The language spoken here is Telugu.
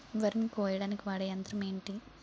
వరి ని కోయడానికి వాడే యంత్రం ఏంటి?